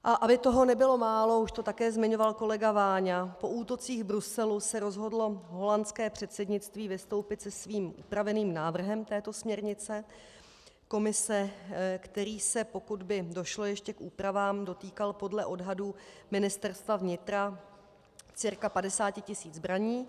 A aby toho nebylo málo, už to také zmiňoval kolega Váňa, po útocích v Bruselu se rozhodlo holandské předsednictví vystoupit se svým upraveným návrhem této směrnice Komise, který se, pokud by ještě došlo k úpravám, dotýkal podle odhadů Ministerstva vnitra cca 50 tisíc zbraní.